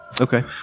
Okay